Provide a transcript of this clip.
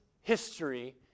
history